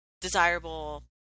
desirable